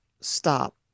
stop